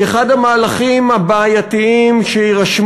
שיתמכו